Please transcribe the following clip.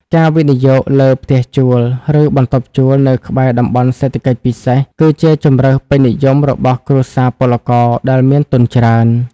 ការវិនិយោគលើ "ផ្ទះជួល" ឬ "បន្ទប់ជួល" នៅក្បែរតំបន់សេដ្ឋកិច្ចពិសេស គឺជាជម្រើសពេញនិយមរបស់គ្រួសារពលករដែលមានទុនច្រើន។